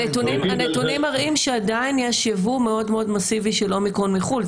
הנתונים מראים שעדיין יש ייבוא מאוד מאסיבי של אומיקרון מחו"ל.